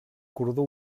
cordó